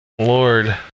Lord